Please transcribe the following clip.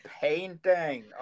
Painting